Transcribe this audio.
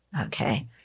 Okay